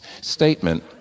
statement